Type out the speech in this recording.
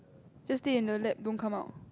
just stay in the lab don't come out